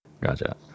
Gotcha